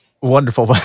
Wonderful